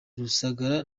rusagara